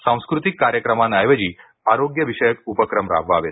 सांस्कृतिक कार्यक्रमांऐवजी आरोग्य विषयक उपक्रम राबवावेत